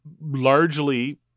largely